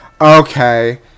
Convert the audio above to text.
Okay